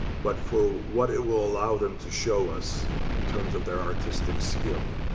but for what it will allow them to show us in terms of their artistic skill.